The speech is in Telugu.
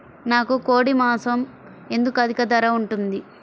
నాకు కోడి మాసం ఎందుకు అధిక ధర ఉంటుంది?